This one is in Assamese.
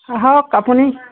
আাহক আপুনি